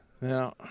Now